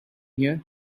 here